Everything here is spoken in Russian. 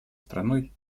страной